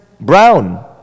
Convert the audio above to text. Brown